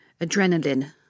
adrenaline